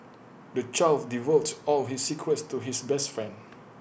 the child divulged all his secrets to his best friend